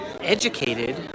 educated